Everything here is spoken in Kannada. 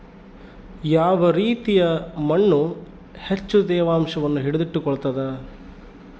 ಯಾವ ರೇತಿಯ ಮಣ್ಣು ಹೆಚ್ಚು ತೇವಾಂಶವನ್ನು ಹಿಡಿದಿಟ್ಟುಕೊಳ್ತದ?